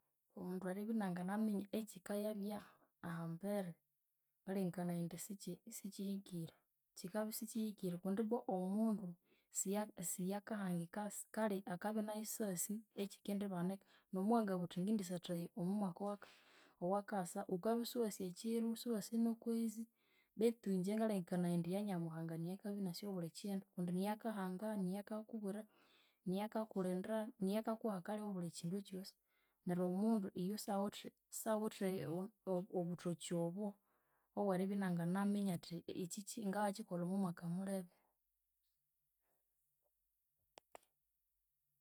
Omundu eribya inanganaminya ekikayabya ahambere ngalengekanaya indi siki sikihikire kikabya isikihikire kundi ibbwa omundu siya siyakahangika kale akabya nayo isyasi ekikendibanika, n'omuwangabugha wuthi ng'endiyathahya omo mwaka owaka owakasa wukabya isiwasi ekiro isiwasi n'okwezi betu ingye ngalengekanaya indi ya Nyamuhanga niyo akabya inasi obuli kindu kundi niyo akahanga, niyo akakubwira, niyo akakulhinda, niyo akakuha kale obuli kindu ekyosi, neryo omundu iyo syawithe, syawithe obu- obuthoki obo obw'eribya inanganaminya athi eki ki nga ngayakikolha omo mwaka mulhebe.